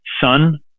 son